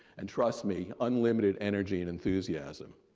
and trust me unlimited energy and enthusiasm.